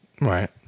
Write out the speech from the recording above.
Right